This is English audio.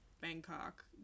Bangkok